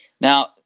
Now